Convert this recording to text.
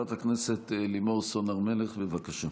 חברת הכנסת לימור סון הר מלך, בבקשה.